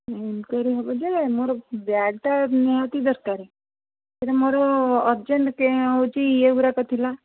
inquiry ହେବ ଯେ ମୋର ବ୍ୟାଗ୍ଟା ନିହାତି ଦରକାର ହେଲେ ମୋର ଅର୍ଜେଣ୍ଟ ହେଉଛି ଇଏ ଗୁଡ଼ାକ ଥିଲା